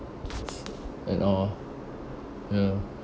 and all ya